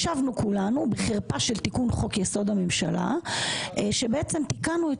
ישבנו כולנו בחרפה של תיקון חוק יסוד: הממשלה כאשר תיקנו את